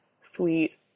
sweet